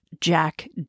Jack